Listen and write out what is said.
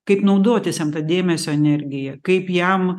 kaip naudotis jam dėmesio energija kaip jam